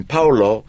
Paulo